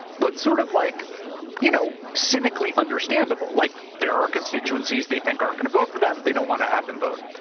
but sort of like you know cynically understandable. like there are constituencies they think aren't going to vote for them. they don't want to have them vote.